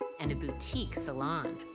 and a boutique salon.